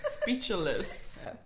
speechless